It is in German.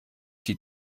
die